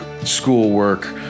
schoolwork